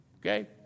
Okay